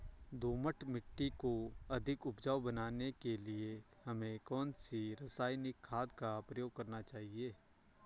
दोमट मिट्टी को अधिक उपजाऊ बनाने के लिए हमें कौन सी रासायनिक खाद का प्रयोग करना चाहिए?